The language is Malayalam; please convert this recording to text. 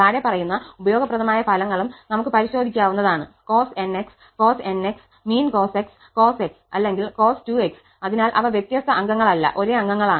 താഴെ പറയുന്ന ഉപയോഗപ്രദമായ ഫലങ്ങളും നമുക്ക് പരിശോധിക്കാവുന്നതാണ് cos 𝑛𝑥 cos 𝑛𝑥 mean cos 𝑥 cos 𝑥 അല്ലെങ്കിൽ cos 2𝑥 അതിനാൽ അവ വ്യത്യസ്ത അംഗങ്ങളല്ല ഒരേ അംഗങ്ങളാണ്